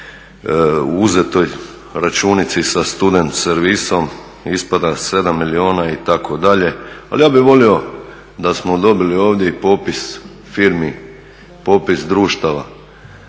uzetoj računici sa student servisom ispada 7 milijuna, itd., ali ja bih volio da smo dobili ovdje i popis firmi, popis društava,